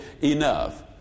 enough